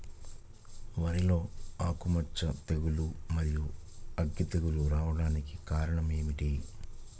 వరిలో ఆకుమచ్చ తెగులు, మరియు అగ్గి తెగులు రావడానికి కారణం ఏమిటి?